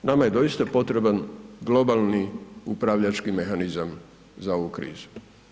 Nama je doista potreban globalni upravljački mehanizam za ovu krizu.